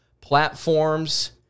platforms